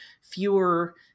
Fewer